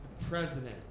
president